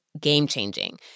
game-changing